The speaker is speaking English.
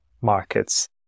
markets